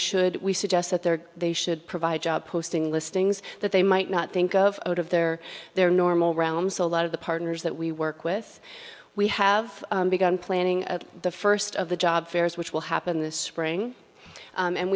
should we suggest that there they should provide job posting listings that they might not think of out of their their normal rounds a lot of the partners that we work with we have begun planning at the first of the job fairs which will happen this spring